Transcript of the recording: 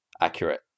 accurate